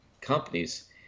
companies